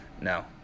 no